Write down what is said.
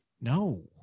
no